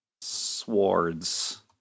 swords